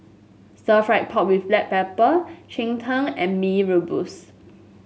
Stir Fried Pork with Black Pepper Cheng Tng and Mee Rebus